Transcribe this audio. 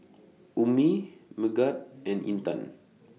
Ummi Megat and Intan